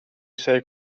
essere